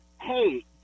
Hey